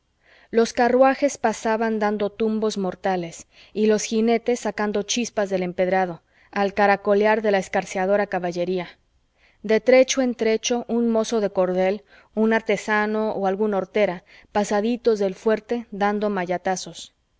los carruajes pasaban dando tumbos mortales y los jinetes sacando chispas del empedrado al caracolear de la escarceadora caballería de trecho en trecho un mozo de cordel un artesano o algún hortera pasaditos del fuerte dando